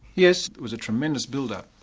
yes, it was a tremendous build-up.